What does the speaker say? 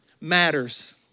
matters